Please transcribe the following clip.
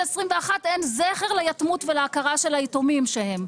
21 אין זכר ליתמות ולהכרה של היתומים שהם.